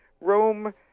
Rome